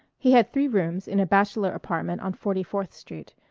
he had three rooms in a bachelor apartment on forty-forth street,